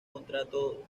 contrato